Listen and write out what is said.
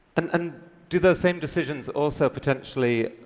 um and do those same decisions also potentially